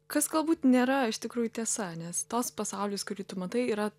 kas galbūt nėra iš tikrųjų tiesa nes tos pasaulis kurį tu matai yra